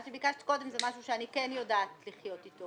מה שביקשת קודם זה משהו שאני אולי כן יודעת לחיות אתו,